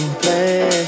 play